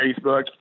Facebook